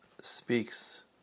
speaks